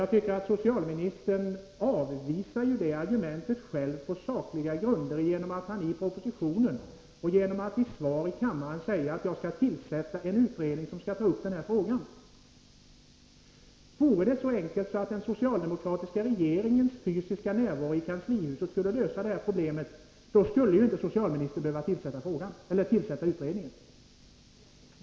Jag tycker att socialministern själv avvisar det argumentet på sakliga grunder genom att i propositionen och i svar i kammaren säga att han skall tillsätta en utredning som skall ta upp den här frågan. Vore det så enkelt att den socialdemokratiska regeringens fysiska närvaro i kanslihuset skulle lösa det här problemet, skulle socialministern inte behöva tillsätta utredningen.